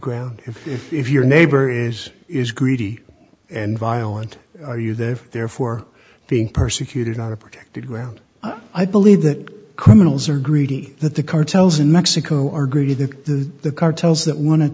ground if if if your neighbor is is greedy and violent are you the therefore being persecuted are protected ground i believe that criminals are greedy that the cartels in mexico are greedy that the cartels that wan